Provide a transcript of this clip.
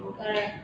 correct